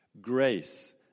grace